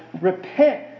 repent